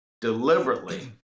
deliberately